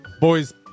Boys